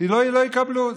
לא יקבלו.